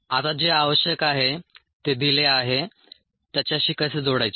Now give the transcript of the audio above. आता जे आवश्यक आहे ते दिले आहे त्याच्याशी कसे जोडायचे